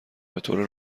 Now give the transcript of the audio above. بطور